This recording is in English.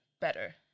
better